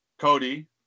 Cody